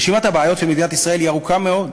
רשימת הבעיות של מדינת ישראל היא ארוכה מאוד.